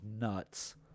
nuts